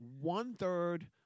One-third